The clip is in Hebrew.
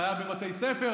אפליה בבתי ספר,